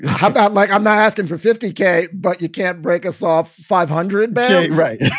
how about like i'm not asking for fifty k. but you can't break this off. five hundred back. right.